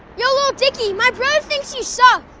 yo, lil dicky, my brother thinks you suck.